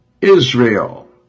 Israel